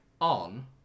On